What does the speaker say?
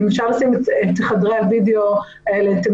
אם אפשר לשים את עמדות הווידיאו במתקנים,